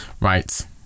Right